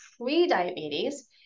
pre-diabetes